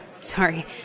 sorry